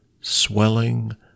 swelling